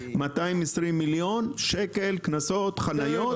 220 מיליון שקל קנסות חניות.